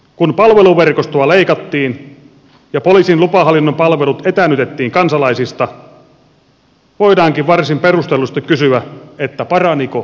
kun palveluverkostoa leikattiin ja poliisin lupahallinnon palvelut etäännytettiin kansalaisista voidaankin varsin perustellusti kysyä paraniko se palvelu